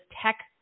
tech